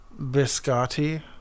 biscotti